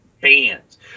bands